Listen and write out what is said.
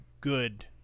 good